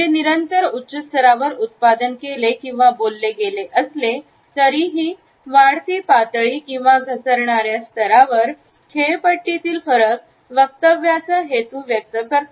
ते निरंतर उच्च स्तरावर उत्पादन केले किंवा बोलले गेले असले तरीही वाढती पातळी किंवा घसरणार्या स्तरावर खेळपट्टीतील फरक वक्तव्याचा हेतू व्यक्त करतो